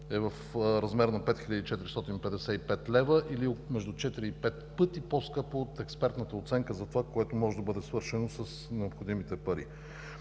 е в размер на 5455 лв. или между 4 и 5 пъти по-скъпо от експертната оценка за това, което може да бъде свършено с необходимите пари.